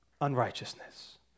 unrighteousness